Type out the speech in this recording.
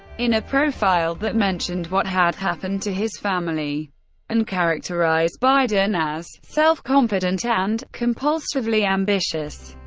in a profile that mentioned what had happened to his family and characterized biden as self-confident and compulsively ambitious.